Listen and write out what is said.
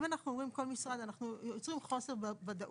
אם אנחנו אומרים "כל משרד" אנחנו יוצרים חוסר ודאות.